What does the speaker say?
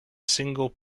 single